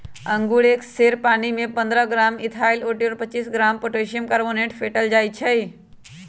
अंगुर पर एक सेर पानीमे पंडह ग्राम इथाइल ओलियट और पच्चीस ग्राम पोटेशियम कार्बोनेट फेटल जाई छै